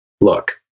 look